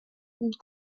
une